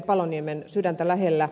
paloniemen sydäntä lähellä